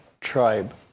tribe